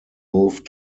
moved